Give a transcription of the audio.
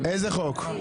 איזה חוק?